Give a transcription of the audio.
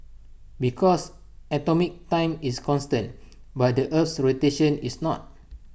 because atomic time is constant but the Earth's rotation is not